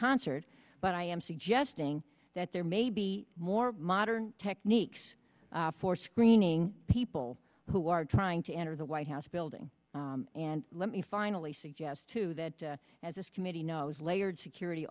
concert but i am suggesting that there may be more modern techniques for screening people who are trying to enter the white house building and let me finally suggest to that as this committee knows layered security